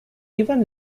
even